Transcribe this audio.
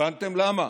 הבנתם למה?